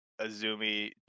Azumi